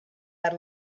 had